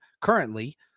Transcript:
currently